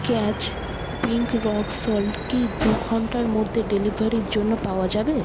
catch pink rock salt কি দু ঘণ্টার মধ্যে ডেলিভারির জন্য পাওয়া যাবে